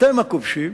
אתם הכובשים.